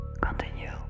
continue